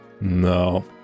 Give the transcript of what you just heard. No